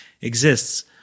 exists